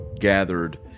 gathered